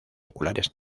oculares